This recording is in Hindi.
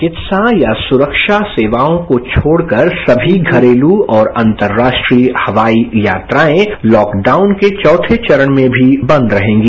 चिकित्सा या सुरक्षा सेवाओं को छोड़कर सभी घरेलू और अंतर्राष्ट्रीय हवाई यात्राएं लॉकडाउन के चौथे चरण में भी बंद रहेगी